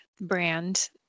brand